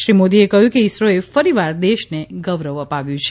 શ્રી મોદીએ કહ્યું કે ઇસરોએ ફરીવાર દેશને ગૌરવ અપાવ્યું છે